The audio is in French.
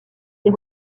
des